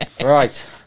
right